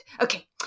Okay